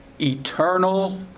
eternal